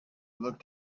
looked